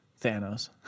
Thanos